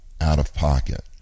out-of-pocket